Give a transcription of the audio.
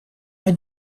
hij